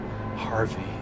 harvey